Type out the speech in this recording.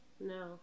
no